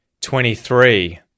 twenty-three